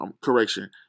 correction